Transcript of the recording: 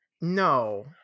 no